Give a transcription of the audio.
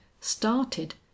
started